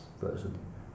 version